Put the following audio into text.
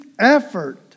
effort